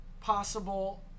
possible